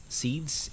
seeds